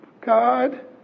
God